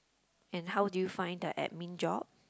and how do you find the admin job